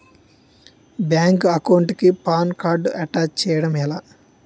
Bank account కి PAN card attach చేయడం ఎలా?